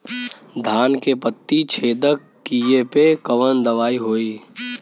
धान के पत्ती छेदक कियेपे कवन दवाई होई?